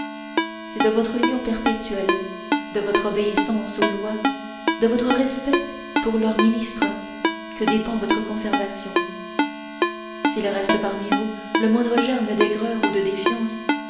c'est de votre union perpétuelle de votre obéissance aux lois de votre respect pour leurs ministres que dépend votre conservation s'il reste parmi vous le moindre germe d'aigreur ou de défiance